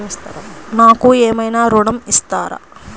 నాకు ఏమైనా ఋణం ఇస్తారా?